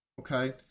Okay